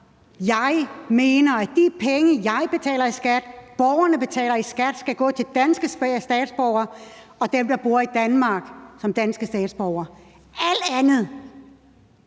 Jeg mener, at de penge, jeg betaler i skat, borgerne betaler i skat, skal gå til danske statsborgere og dem, der bor i Danmark som danske statsborgere. Alt andet